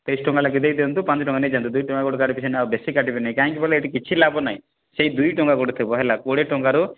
ତେଇଶି ଟଙ୍କା ଲାଖି ଦେଇଦିଅନ୍ତୁ ପାଞ୍ଚ ଟଙ୍କା ନେଇଯାନ୍ତୁ ଦୁଇ ଟଙ୍କା ଗୁଟେ କାଟି ଦିଅନ୍ତୁ ଆଉ ବେଶୀ ଟଙ୍କା କାଟିବିନି କହିଁକି ବୋଲେ ଏଇଠି କିଛି ଲାଭ ନାହିଁ ସେଇ ଦୁଇ ଟଙ୍କା ଗୁଟେ ଥିବ ହେଲା କୋଡ଼ିଏ ଟଙ୍କାର